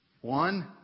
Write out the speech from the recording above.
One